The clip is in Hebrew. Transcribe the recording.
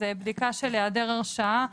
זה בדיקה של היעדר הרשעה,